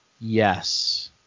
Yes